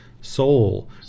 soul